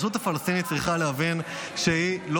הרשות הפלסטינית צריכה להבין שהיא לא